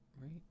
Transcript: right